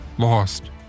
Lost